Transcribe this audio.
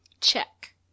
check